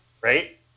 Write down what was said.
right